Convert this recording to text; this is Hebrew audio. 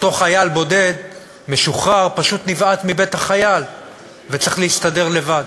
אותו חייל בודד משוחרר פשוט נבעט מבית-החייל וצריך להסתדר לבד.